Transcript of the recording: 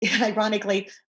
ironically